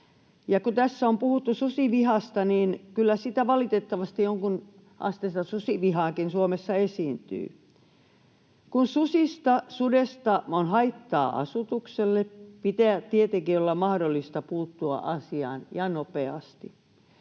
Kun tässä on puhuttu susivihasta, niin kyllä valitettavasti jonkunasteista susivihaakin Suomessa esiintyy. Kun susista tai sudesta on haittaa asutukselle, pitää tietenkin olla mahdollista puuttua asiaan ja nopeasti.